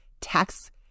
tax